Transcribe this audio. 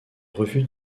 refuse